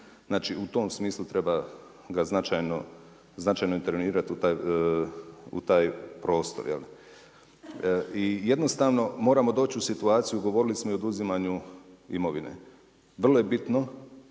znači u tom smislu treba ga značajno intervenirati u taj prostor. I jednostavno moramo doći u situaciju, govorili smo i oduzimanju imovine. Vrlo je bitno,